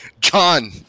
John